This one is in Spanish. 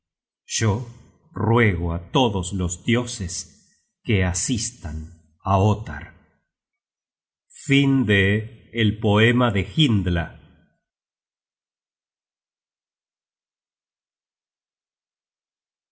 yo ruego á todos los dioses que asistan á ottar